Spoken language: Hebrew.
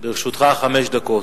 לרשותך חמש דקות.